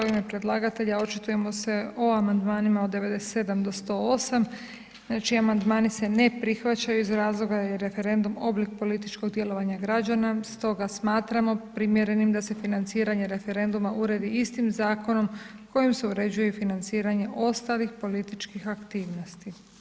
U ime predlagatelja očitujemo se o amandmanima od 97. do 108., znači, amandmani se ne prihvaćaju iz razloga jer je referendum oblik političkog djelovanja građana, stoga smatramo primjerenim da se financiranje referenduma uredi istim zakonom kojim se uređuje i financiranje ostalih političkih aktivnosti.